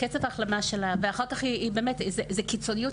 זו קיצוניות.